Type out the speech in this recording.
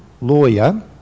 lawyer